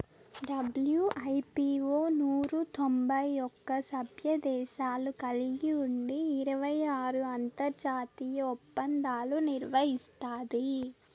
WIPO నూరు తొంభై ఒక్క సభ్యదేశాలు కలిగి ఉండి ఇరవై ఆరు అంతర్జాతీయ ఒప్పందాలు నిర్వహిస్తాది